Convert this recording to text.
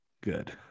good